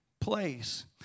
place